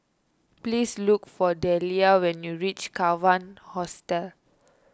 please look for Dellia when you reach Kawan Hostel